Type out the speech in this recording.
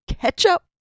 ketchup